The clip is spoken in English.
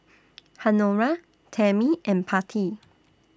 Honora Tammy and Patti